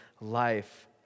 life